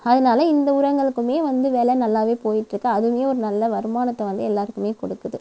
அதனால இந்த உரங்கள்க்கும் வந்து விலை நல்லா போயிட்டுருக்கு அதுவும் ஒரு நல்ல வருமானத்தை வந்து எல்லாருக்கும் கொடுக்குது